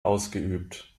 ausgeübt